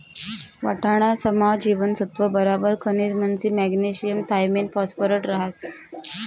वाटाणासमा जीवनसत्त्व बराबर खनिज म्हंजी मॅग्नेशियम थायामिन फॉस्फरस रहास